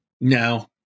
No